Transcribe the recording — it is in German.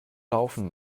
laufen